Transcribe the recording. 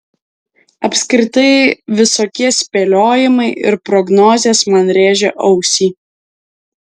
apskritai visokie spėliojimai ir prognozės man rėžia ausį